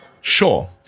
sure